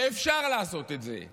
ואפשר לעשות את זה,